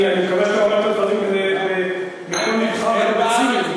אני מקווה שאתה אומר את הדברים מכל לבך ולא בציניות.